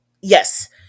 Yes